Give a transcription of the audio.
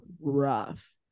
rough